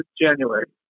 January